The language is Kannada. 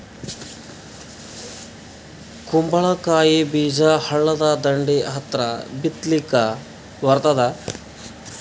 ಕುಂಬಳಕಾಯಿ ಬೀಜ ಹಳ್ಳದ ದಂಡಿ ಹತ್ರಾ ಬಿತ್ಲಿಕ ಬರತಾದ?